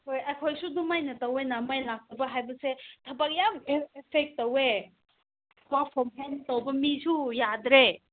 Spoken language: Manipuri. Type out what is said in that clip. ꯍꯣꯏ ꯑꯩꯈꯣꯏꯁꯨ ꯑꯗꯨꯃꯥꯏꯅ ꯇꯧꯋꯦ ꯃꯩ ꯂꯥꯛꯇꯕ ꯍꯥꯏꯕꯁꯦ ꯊꯕꯛ ꯌꯥꯝ ꯑꯦꯐꯦꯛ ꯇꯧꯋꯦ ꯋꯣꯔꯛ ꯐ꯭ꯔꯣꯝ ꯍꯣꯝ ꯇꯧꯕ ꯃꯤꯁꯨ ꯌꯥꯗ꯭ꯔꯦ